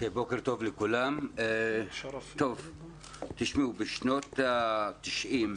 בוקר טוב לכולם, בשנות ה-90,